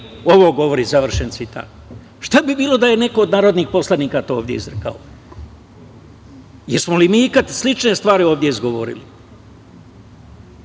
ovo govori?“ Šta bi bilo da je neko od narodnih poslanika to ovde izrekao? Jesmo li mi ikad slične stvari ovde izgovorili?